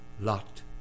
Lot